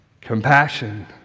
Compassion